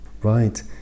Right